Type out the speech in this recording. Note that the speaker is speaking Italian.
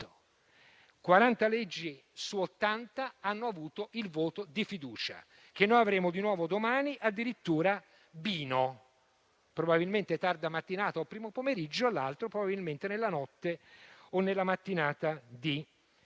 40 leggi su 80 hanno avuto il voto di fiducia, che avremo di nuovo domani, addirittura bino, uno probabilmente nella tarda mattinata o nel primo pomeriggio, l'altro probabilmente nella notte o nella mattinata di venerdì.